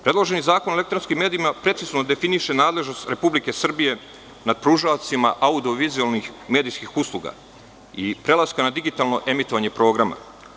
Predloženi Zakon o elektronskim medijima precizno definiše nadležnost Republike Srbije nad pružaocima audio-vizuelnih medijskih usluga i prelaska na digitalno emitovanje programa.